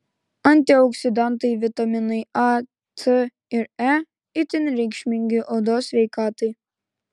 antioksidantai vitaminai a c ir e itin reikšmingi odos sveikatai